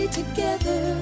together